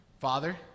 Father